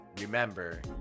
remember